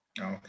Okay